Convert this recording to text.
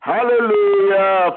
Hallelujah